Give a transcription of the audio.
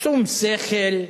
שום שכל,